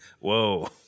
Whoa